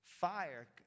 fire